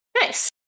Nice